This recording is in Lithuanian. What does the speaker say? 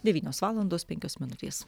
devynios valandos penkios minutės